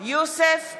יוסף ג'בארין,